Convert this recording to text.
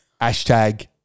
Hashtag